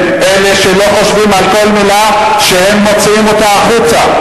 אלה שלא חושבים על כל מלה שהם מוציאים החוצה.